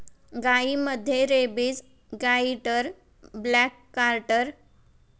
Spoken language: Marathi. गायींमध्ये rabies, goiter, black quarter, brucellosis आदी आजार आढळतात